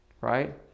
right